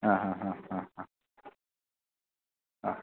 ആ ആ ആ ആ ആ ആ